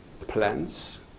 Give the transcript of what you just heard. plans